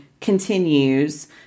continues